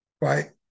Right